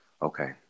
Okay